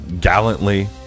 gallantly